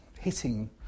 hitting